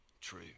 true